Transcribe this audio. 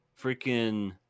Freaking